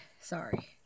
Sorry